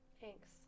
thanks